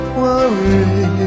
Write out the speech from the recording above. worry